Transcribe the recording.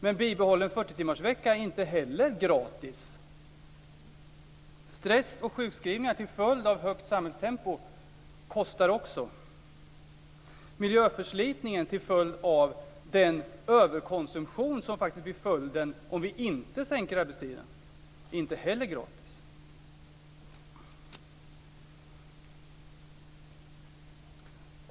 Men en bibehållen 40-timmarsvecka är inte heller gratis. Stress och sjukskrivningar till följd av ett högt samhällstempo kostar också. Miljöförslitningen till följd av den överkonsumtion som faktiskt bli följden om vi inte minskar arbetstiden är inte heller gratis.